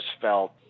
felt